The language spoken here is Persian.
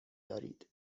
دارید